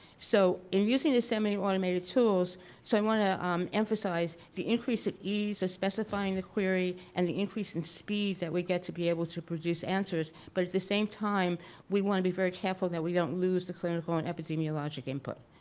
so in using the semi-automated tools so i want to um emphasize the increase of ease of specifying the query and the increase in speed that we get to be able to produce answers. but at the same time we want to be very careful that we don't lose the clinical and epidemiologic input.